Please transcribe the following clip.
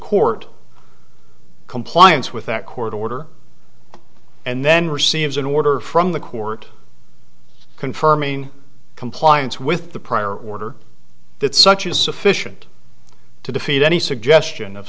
court compliance with that court order and then receives an order from the court confirming compliance with the prior order that such is sufficient to defeat any suggestion of